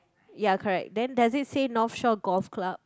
ya correct then does it say North Shore Golf Club